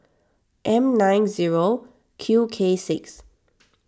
M nine zero Q K six